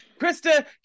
Krista